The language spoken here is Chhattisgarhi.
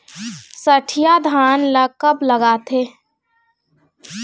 सठिया धान ला कब लगाथें?